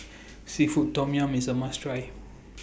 Seafood Tom Yum IS A must Try